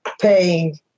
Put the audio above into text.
paying